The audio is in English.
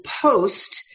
post